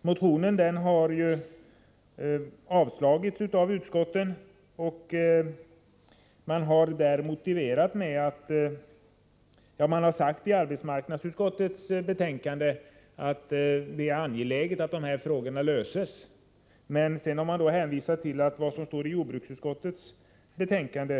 Motionen har avstyrkts av utskotten. Motiveringen i arbetsmarknadsutskottets betänkande är att det är angeläget att frågorna får en lösning, men sedan har man hänvisat till och anammat de synpunkter som finns i jordbruksutskottets yttrande.